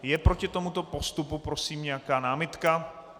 Je proti tomuto postupu, prosím, nějaká námitka?